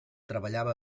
treballava